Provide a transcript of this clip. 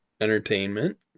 Entertainment